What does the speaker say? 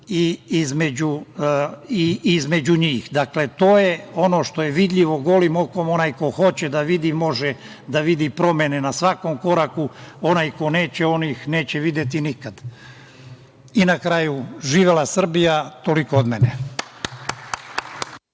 i između njih. Dakle, to je ono što je vidljivo golom okom, onaj ko hoće da vidi može da vidi promene na svakom koraku, onaj ko neće on ih neće videti nikada. Na kraju. Živela Srbija. Toliko od mene.